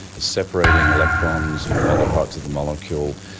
separating electrons from other parts of the molecule,